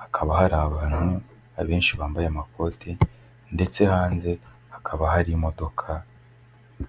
hakaba hari abantu, abenshi bambaye amakote ndetse hanze hakaba hari imodoka.